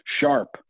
sharp